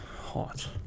Hot